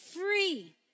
free